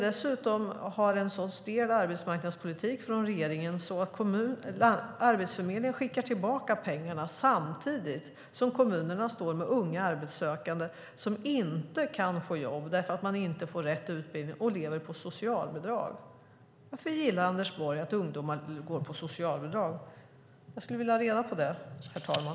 Dessutom har vi en sådan stel arbetsmarknadspolitik från regeringen att Arbetsförmedlingen skickar tillbaka pengarna samtidigt som kommunerna står med unga arbetssökande som inte kan få jobb därför att de inte får rätt utbildning och i stället lever på socialbidrag. Varför gillar Anders Borg att ungdomar går på socialbidrag? Jag skulle vilja ha reda på det, herr talman.